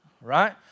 right